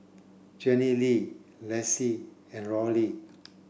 Jenilee Lacie and Rory